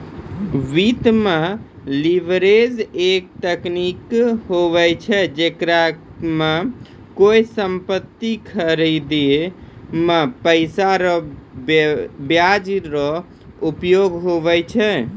वित्त मे लीवरेज एक तकनीक हुवै छै जेकरा मे कोय सम्पति खरीदे मे पैसा रो ब्याज रो उपयोग हुवै छै